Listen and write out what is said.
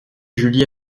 julie